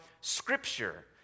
Scripture